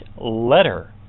letter